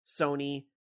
Sony